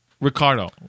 ricardo